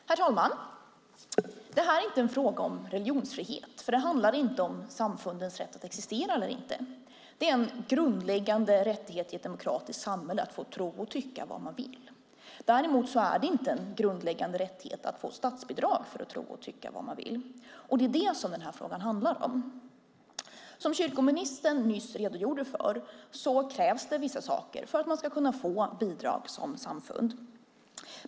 Herr talman! Det här är inte en fråga om religionsfrihet, för det handlar inte om samfundens rätt att existera eller inte. Det är en grundläggande rättighet i ett demokratiskt samhälle att få tro och tycka vad man vill. Däremot är det inte en grundläggande rättighet att få statsbidrag för att tro och tycka vad man vill. Det är det som den här frågan handlar om. Som kyrkoministern redogjorde för krävs det vissa saker för att man som samfund ska kunna få bidrag.